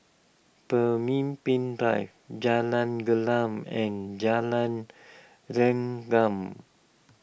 Pemimpin Drive Jalan Gelam and Jalan Rengkam